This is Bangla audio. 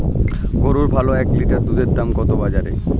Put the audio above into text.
গরুর ভালো এক লিটার দুধের দাম কত বাজারে?